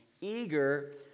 eager